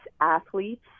athletes